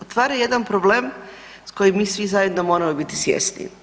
Otvara jedan problem s kojim mi svi zajedno moramo biti svjesni.